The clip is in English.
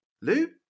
Lou